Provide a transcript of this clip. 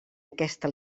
aquesta